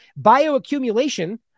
Bioaccumulation